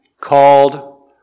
called